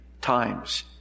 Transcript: times